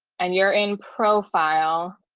and you're in profile.